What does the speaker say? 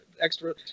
extra